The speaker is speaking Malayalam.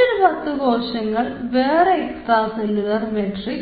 മറ്റൊരു 10 കോശങ്ങൾ വേറെ എക്സ്ട്രാ സെല്ലുലാർ മാട്രിക്സ്